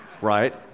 right